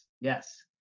yes